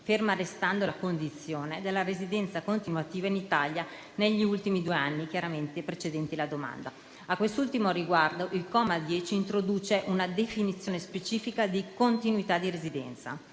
ferma restando la condizione della residenza continuativa in Italia negli ultimi due anni precedenti alla domanda. A quest'ultimo riguardo, il comma 10 introduce una definizione specifica di continuità di residenza.